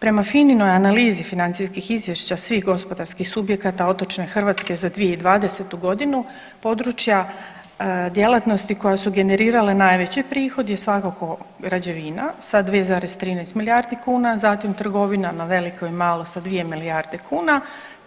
Prema FINA-oj analizi financijskih izvješća svih gospodarskih subjekata otočne Hrvatske za 2020.g. područja djelatnosti koja su generirale najveći prihod je svakako građevina sa 2,13 milijardi kuna, zatim trgovina na veliko i malo sa 2 milijarde kuna,